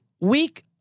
week